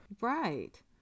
Right